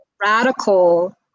radical